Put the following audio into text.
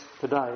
today